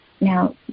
Now